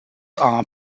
are